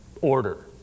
order